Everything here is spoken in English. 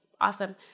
Awesome